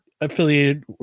affiliated